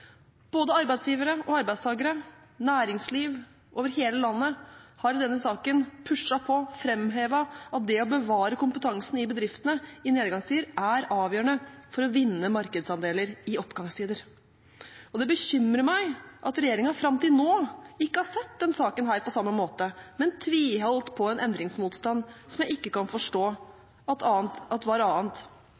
Både arbeidsgivere og arbeidstakere – næringsliv over hele landet – har i denne saken pushet på og framhevet at det å bevare kompetansen i bedriftene i nedgangstider er avgjørende for å vinne markedsandeler i oppgangstider. Det bekymrer meg at regjeringen fram til nå ikke har sett denne saken på samme måte, men tviholdt på en endringsmotstand som jeg ikke kan forstå var annet